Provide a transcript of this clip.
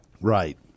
Right